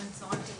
כן, צוהריים טובים.